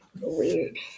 weird